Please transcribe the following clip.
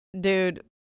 dude